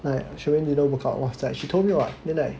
and Shu Yin didn't work out was like she told me [what] then like